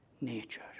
nature